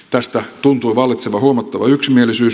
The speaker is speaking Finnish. tästä tuntui vallitsevan huomattava yksimielisyys